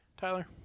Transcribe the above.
Tyler